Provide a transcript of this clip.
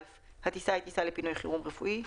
הטיסה היא טיסה לפינוי חירום רפואי,